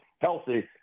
healthy